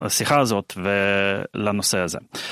השיחה הזאת ולנושא הזה.